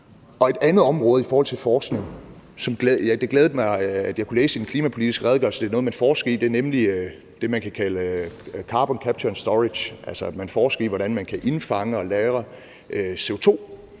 Et andet område i forhold til forskning – og det glædede mig, at jeg kunne læse i den klimapolitiske redegørelse, at det er noget, man forsker i – er det, man kalder Carbon Capture and Storage. Altså, man forsker i, hvordan man kan indfange og lagre CO2.